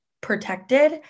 protected